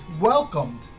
welcomed